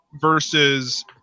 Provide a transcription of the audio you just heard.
versus